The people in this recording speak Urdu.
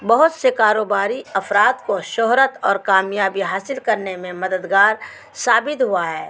بہت سے کاروباری افراد کو شہرت اور کامیابی حاصل کرنے میں مددگار ثابت ہوا ہے